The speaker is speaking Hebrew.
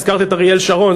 הזכרת את אריאל שרון,